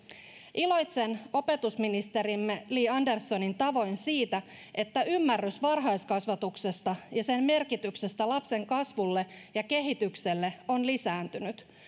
iloitsen opetusministerimme li anderssonin tavoin siitä että ymmärrys varhaiskasvatuksesta ja sen merkityksestä lapsen kasvulle ja kehitykselle on lisääntynyt